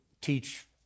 teach